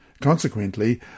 Consequently